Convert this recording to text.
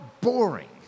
boring